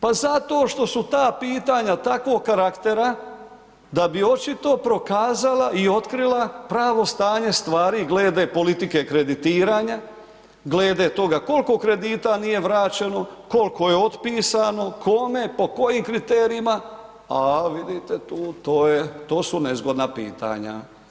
Pa zato što su ta pitanja takvog karaktera da bi očito prokazala i otkrila pravo stanje stvari glede politike kreditiranja, glede toga koliko kredita nije vraćeno, koliko je otpisano, kome po kojim kriterijima, a vidite tu to su nezgodna pitanja.